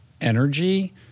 energy